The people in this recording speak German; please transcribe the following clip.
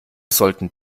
sollten